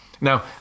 Now